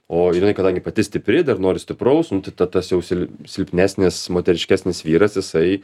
o jinai kadangi pati stipri dar nori stipraus ta tas jau sil silpnesnis moteriškesnis vyras jisai